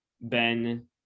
Ben